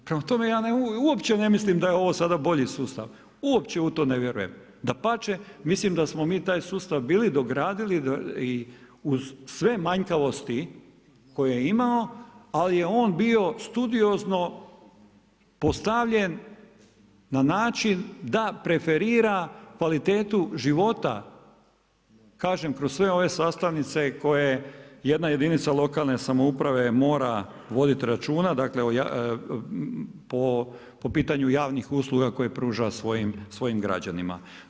Prema tome, ja uopće ne mislim da je ovo sada bolji sustav, uopće u to ne vjerujem, dapače mislim da smo mi taj sustav bili dogradili i uz sve manjkavosti koje je imao, ali je on bio studiozno postavljen na način da preferira kvalitetu života kroz sve ove sastavnice koje jedna jedinica lokalne samouprave mora voditi računa po pitanju javnih usluga koje pruža svojim građanima.